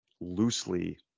loosely